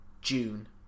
June